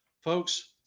folks